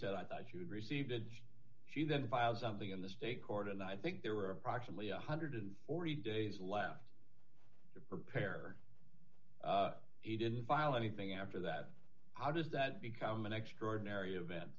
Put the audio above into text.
said i thought you'd receive that she then filed something in the state court and i think there were approximately one hundred and forty days left to prepare he didn't file anything after that how does that become an extraordinary event